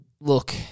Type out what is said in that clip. Look